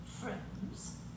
Friends